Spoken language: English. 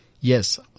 yes